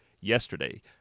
yesterday